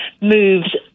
moves